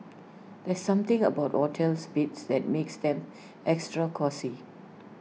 there's something about hotel's beds that makes them extra cosy